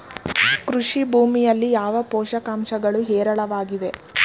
ಕೃಷಿ ಭೂಮಿಯಲ್ಲಿ ಯಾವ ಪೋಷಕಾಂಶಗಳು ಹೇರಳವಾಗಿವೆ?